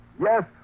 Yes